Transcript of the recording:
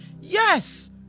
yes